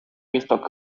місто